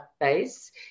base